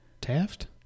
Taft